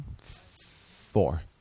Four